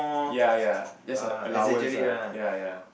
ya ya that's a allowance lah ya ya